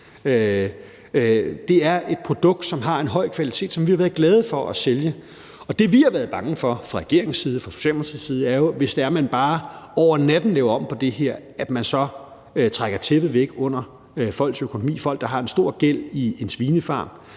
Det er et produkt, som har en høj kvalitet, og som vi har været glade for at sælge. Det, vi har været bange for fra regeringens side og fra Socialdemokratiets side, er, at man, hvis man bare hen over natten laver om på det her, trækker tæppet væk under folks økonomi – folk, der har en stor gæld i en svinefarm.